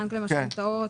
בנק למשכנתאות,